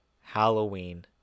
Halloween